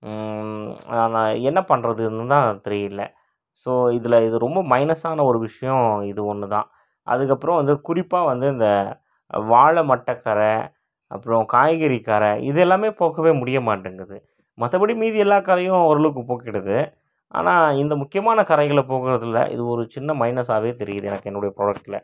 நான் என்ன பண்றதுனுந்தான்னு தெரியலை ஸோ இதில் இது ரொம்ப மைனஸான ஒரு விஷயோம் இது ஒன்று தான் அதுக்கப்புறோம் வந்து குறிப்பாக வந்து இந்த வாழை மட்டைக் கறை அப்புறோம் காய்கறிக் கறை இது எல்லாமே போக்கவே முடிய மாட்டேங்குது மற்றபடி மீதி எல்லா கரையும் ஓரளவுக்கு போக்கிடுது ஆனால் இந்த முக்கியமான கறைகளை போக்கறதில்ல இது ஒரு சின்ன மைனஸாகவே தெரியுது எனக்கு என்னுடைய ப்ராடக்டில்